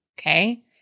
Okay